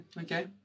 okay